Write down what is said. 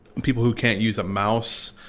people who can't use a mouse,